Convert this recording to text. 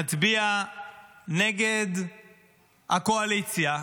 נצביע נגד הקואליציה,